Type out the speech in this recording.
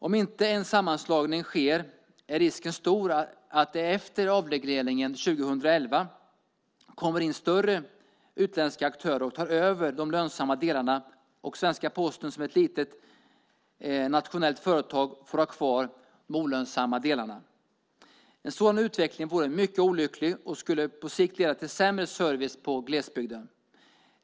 Om inte en sammanslagning sker är risken stor att det efter avregleringen 2011 kommer in större utländska aktörer och tar över de lönsamma delarna, och svenska Posten som ett litet nationellt företag får vara kvar med de olönsamma delarna. En sådan utveckling vore mycket olycklig och skulle på sikt leda till sämre service i glesbygden.